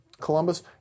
Columbus